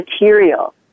material